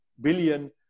billion